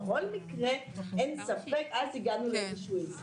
גם הצגנו חוות דעת משפטית,